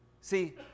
See